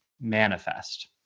manifest